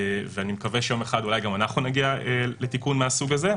ואני מקווה שיום אחד אולי גם אנחנו נגיע לתיקון מהסוג הזה.